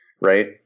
right